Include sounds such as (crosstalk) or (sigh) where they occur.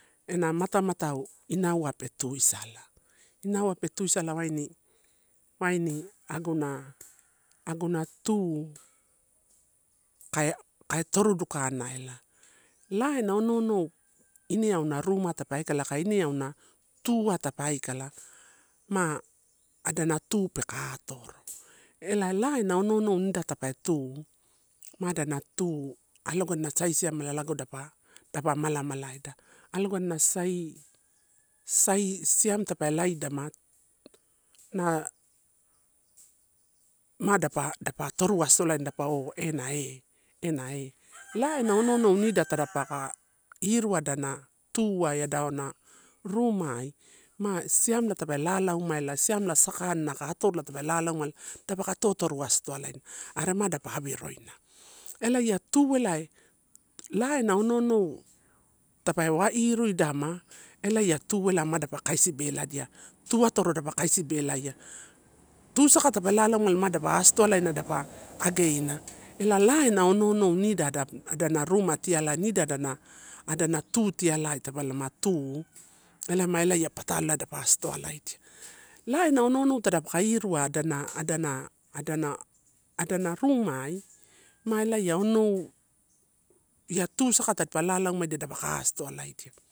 Ena mata matau inauau pe tuisala, inaua pe tuisala waini, waini aguna, aguna tu kai, kai torudukana ela, la ena ono onou ine aun a ruma tape aikala, aka ine auna tuai tapa aikala. Ma adana tu peka atoro. Ela la ena ono onou nidai tape tu, ma adana tu alogana na sai siamela lago dapa dapa mala mala eda, alogana na sai, sai siam tape laidama na, ma dapa, dapa toru asoalain dapa o ena e ena e (noise) la ena ono onou nida tada paka iru a adana tuai, adana rumai ma siamela tape lalaumaela siamela sakana atodla dapaka lalauma tabaka totoru astoalaina are ma dapa awirouna. Elaia tu elae la ena ono onou tape wa iruidama ela ia tu ela madapa kaisi beladia, tuatoro dapa kaisi belaia, tusaka tape lalaumaela ma dapa astoalaina dapa ageina. Ela la ena ono onou nida adana ruma ti alai, nida adana adana tutialai tape lama tu, ela ma ela ppatalo ela elapa astowalaidia, la ena ono onou tada kairu adana, adana, adana, adana rumai malaia onou, ia tu saka tadipa lalaumaedia madapaka astoalaidia.